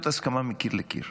מקיר לקיר.